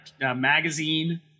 magazine